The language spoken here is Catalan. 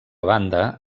banda